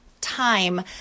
time